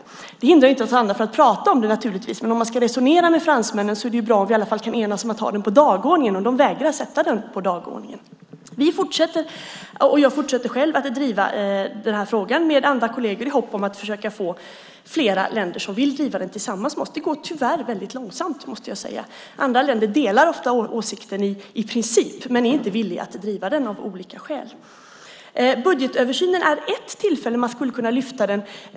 Detta hindrar naturligtvis inte att andra pratar om frågan, men om man ska resonera med fransmännen är det bra om vi i alla fall kan enas om att ha frågan på dagordningen, men de vägrar sätta frågan på dagordningen. Vi fortsätter, och jag fortsätter själv, att driva den här frågan med andra kolleger i hopp om att försöka få fler länder som vill driva den tillsammans med oss. Det går tyvärr väldigt långsamt, måste jag säga. Andra länder delar ofta åsikten i princip men är inte villiga att driva den av olika skäl. Budgetöversynen är ett tillfälle då man skulle kunna lyfta fram frågan.